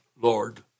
Lord